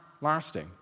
lasting